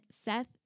Seth